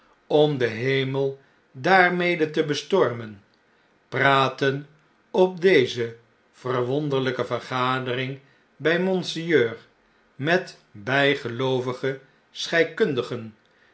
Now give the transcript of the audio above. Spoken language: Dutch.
om den hemel daarmede te bestormen praatten op deze verwonderlrjke vergadering bij monseigneur met bjjgeloovige